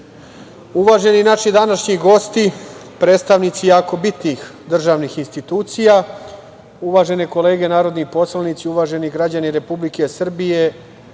naš današnji gosti, predstavnici jako bitnih državnih institucija, uvažene kolege narodni poslanici, uvaženi građani Republike Srbije,